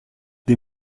des